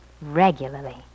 regularly